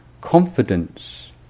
confidence